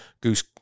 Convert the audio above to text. goose